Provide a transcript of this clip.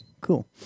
cool